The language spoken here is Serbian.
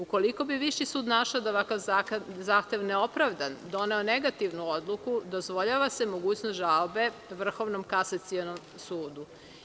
Ukoliko bi viši sud našao da je ovakav zahtev neopravdan, doneo negativnu odluku, dozvoljava se mogućnost žalbe Vrhovnom kasacionom sudu.